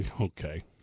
Okay